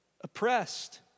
oppressed